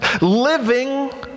living